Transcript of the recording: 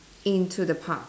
into the past